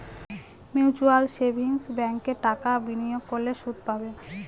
mutual savings ব্যাঙ্কে টাকা বিনিয়োগ করলে সুদ পাবে